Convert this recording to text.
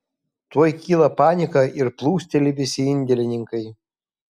tuoj kyla panika ir plūsteli visi indėlininkai